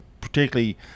particularly